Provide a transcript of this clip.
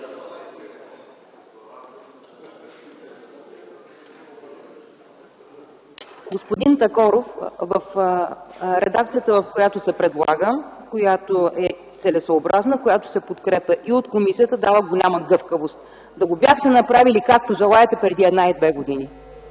Господин Такоров, редакцията, която се предлага, която е целесъобразна и се подкрепя от комисията, дава голяма гъвкавост. Да го бяхте направили, както желаете, преди 1-2 години!